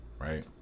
right